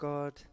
God